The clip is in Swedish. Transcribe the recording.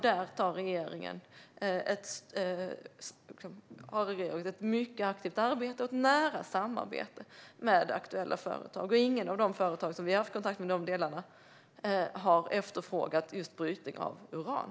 Där har regeringen ett mycket aktivt arbete och ett nära samarbete med aktuella företag. Inget av de företag som vi har haft kontakt med när det gäller de delarna har efterfrågat brytning av uran.